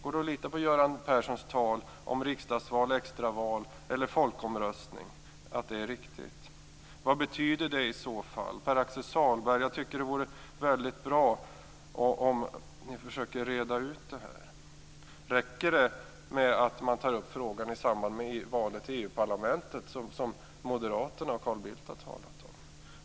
Går det att lita på Göran Perssons tal om riksdagsval, extraval eller folkomröstning? Går det att lita på att det är riktigt? Vad betyder det i så fall? Pär-Axel Sahlberg, det vore bra om ni försökte reda ut detta. Räcker det att man tar upp frågan i samband med valet till EU-parlamentet, något som Moderaterna och Carl Bildt har talat om?